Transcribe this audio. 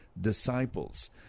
disciples